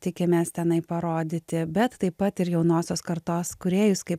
tikimės mes tenai parodyti bet taip pat ir jaunosios kartos kūrėjus kaip